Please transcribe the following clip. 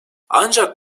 ancak